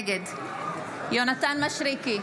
נגד יונתן מישרקי,